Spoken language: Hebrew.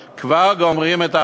מוצרי צריכה בסיסיים,